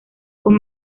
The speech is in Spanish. con